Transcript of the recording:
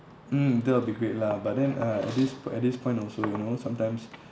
mm that will be great lah but then uh at this at this point also you know sometimes